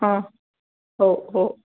हां हो हो